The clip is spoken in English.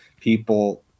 people